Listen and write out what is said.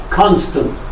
constant